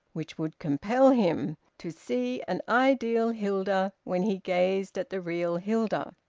which would compel him, to see an ideal hilda when he gazed at the real hilda.